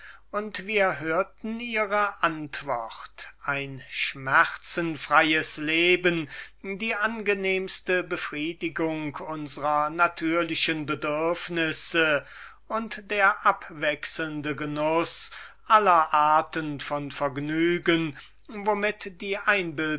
und wir haben ihre antwort ein schmerzenfreies leben die angenehmste befriedigung unsrer natürlichen bedürfnisse und der abwechslende genuß aller arten von vergnügen womit die